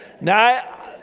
Now